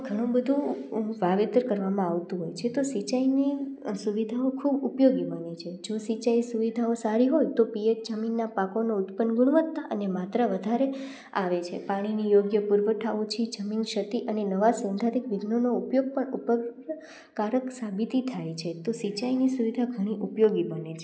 ઘણું બધું વાવેતર કરવામાં આવતું હોય છે તો સિંચાઈની સુવિધાઓ ખૂબ ઉપયોગી બની છે જો સિંચાઈ સુવિધાઓ સારી હોય તો પીયત જમીનના પાકોનું ઉત્પન ગુણવત્તા અને માત્રા વધારે આવે છે પાણીનો યોગ્ય પુરવઠાઓ જમીન ક્ષતિ અને નવા વિઘનો ઉપયોગ પણ કારક સાબિતી થાય છે તો સિંચાઈની સુવિધા ઘણી ઉપયોગી બને છે